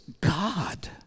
God